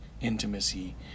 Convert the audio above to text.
intimacy